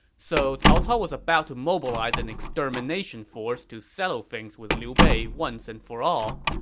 so cao cao was about to mobilize an extermination force to settle things with liu bei once and for all,